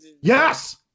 Yes